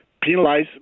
penalize